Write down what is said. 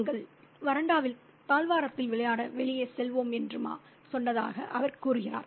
நாங்கள் வராண்டாவில் தாழ்வாரத்தில் விளையாட வெளியே செல்வோம் என்று மா சொன்னதாக அவர் கூறுகிறார்